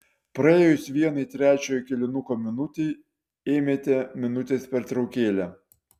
praėjus vienai trečiojo kėlinuko minutei ėmėte minutės pertraukėlę